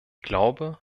glaube